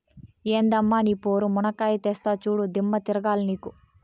ఎందమ్మ నీ పోరు, మునక్కాయా తెస్తా చూడు, దిమ్మ తిరగాల నీకు